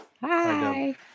Hi